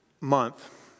month